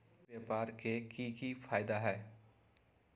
ई व्यापार के की की फायदा है?